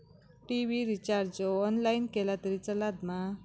TV recharge online केला तरी चलात मा?